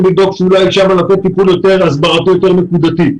לדאוג ואולי שם לעשות טיפול יותר הסברתי ויותר נקודתי.